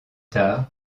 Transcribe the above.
tard